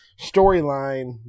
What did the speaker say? storyline